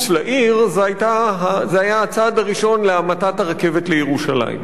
לעיר זה היה הצעד הראשון להמתת הרכבת לירושלים.